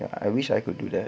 ya I wish I could do that